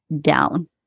down